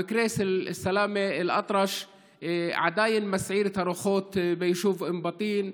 המקרה של סאלם אל-אטרש עדיין מסעיר את הרוחות ביישוב אום בטין.